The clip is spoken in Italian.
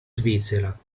svizzera